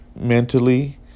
mentally